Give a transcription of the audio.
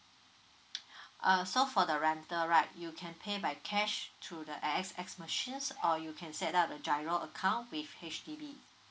uh so for the rental right you can pay by cash through the AXS machines or you can set up a G_I_R_O account with H_D_B